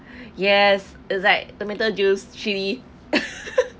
yes it's like the middle juice chili